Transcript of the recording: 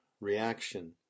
reaction